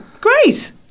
Great